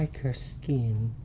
like her skin.